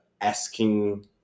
asking